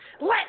let